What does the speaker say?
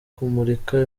kumurika